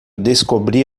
descobri